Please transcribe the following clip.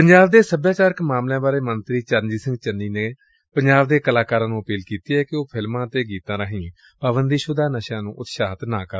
ਪੰਜਾਬ ਦੇ ਸਭਿਆਚਾਰਕ ਮਾਮਲਿਆਂ ਬਾਰੇ ਮੰਤਰੀ ਚਰਨਜੀਤ ਸਿੰਘ ਚੰਨੀ ਨੇ ਪੰਜਾਬ ਦੇ ਕਲਾਕਾਰਾਂ ਨੂੰ ਅਪੀਲ ਕੀਤੀ ਏ ਕਿ ਉਹ ਫਿਲਮਾਂ ਅਤੇ ਗੀਤਾਂ ਰਾਹੀਂ ਪਾਬੰਦੀ ਸੁਦਾ ਨਸ਼ਿਆਂ ਨੂੰ ਉਤਸ਼ਾਹਿਤ ਨਾ ਕਰਨ